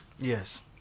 Yes